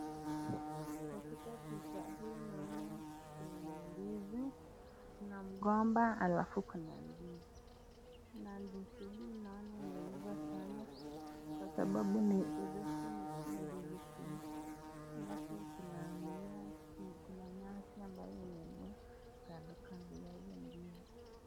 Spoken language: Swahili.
Katika picha hii naona kuna ndizi na mgomba alafu kuna ndizi na ndizi hii naona imeiva sana kwa sababu hizi ni ndizi kubwa. Alafu kuna nyasi ambayo imemea kando kando ya hiyo ndizi.